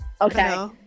okay